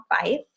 five